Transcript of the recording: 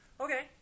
Okay